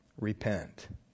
repent